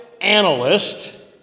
analyst